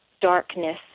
darkness